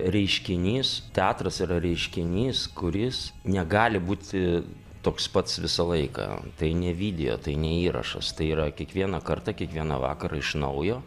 reiškinys teatras yra reiškinys kuris negali būti toks pats visą laiką tai ne video tai ne įrašas tai yra kiekvieną kartą kiekvieną vakarą iš naujo